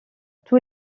tous